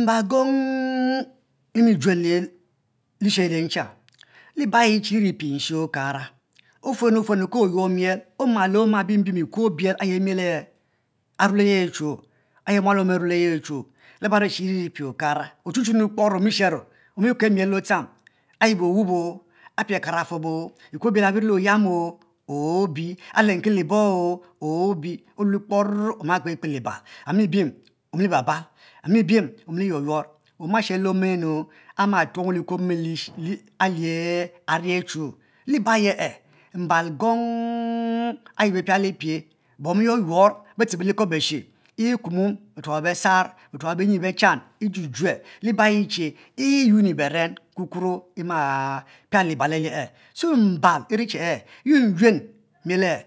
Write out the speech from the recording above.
Mbal gong imi jue le ishie ayi ncha liba ayi che iri pie eshie okara ofuenu ofuenu ke omu yuor miel. omal biem ikuo libel ayi miel aruo le yi achu ayi mua hom aru le ye achu laba ye eri pie okara ochu chu kpor omi shero omi kel miel le ochang ayibo owobo apie okara fuom ikuo obie awu ori le oyiamo obi alenki lebo obi olue kpoor oma kpe kpe libal ami biem omili bal bal ami biem omile yuor your oma shero le ome nu ama tuong weh liyel ayi are achu li be aye e mbal gon ayi be piali pie, bom be yuor yuor betibo le ekuobea be, kuoma befrafal besar benyi betchang ijue jue liba ayi che iyueni beren kure ima piali libal alie so mba iri che e' yue yuen miel e'